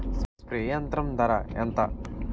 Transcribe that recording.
Spray యంత్రం ధర ఏంతా?